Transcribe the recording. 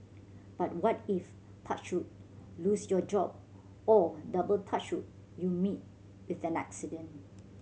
but what if touch wood lose your job or double touch you meet with an accident